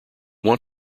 want